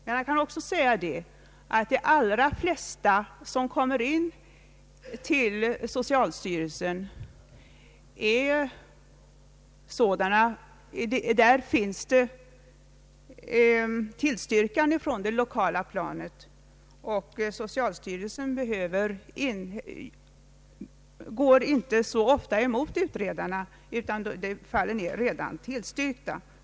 De allra flesta abortansökningar som kommer in till socialstyrelsen har redan tillstyrkts på det lokala planet, och socialstyrelsen går inte så ofta på någon annan linje.